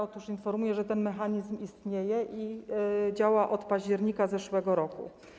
Otóż informuję, że ten mechanizm istnieje i działa od października zeszłego roku.